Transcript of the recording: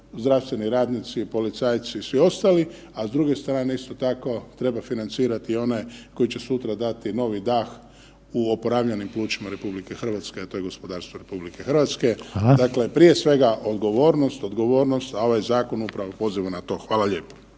zdravstveni radnici, policajci i svi ostali, a s druge strane isto tako treba financirati i one koji će sutra dati novi dah u oporavljenim plućima RH, a to je gospodarstvo RH …/Upadica: Hvala./… dakle, prije svega odgovornost, odgovornost, a ovaj zakon upravo poziva na to. Hvala lijepo.